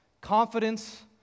confidence